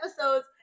episodes